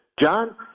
John